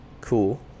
cool